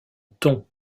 ton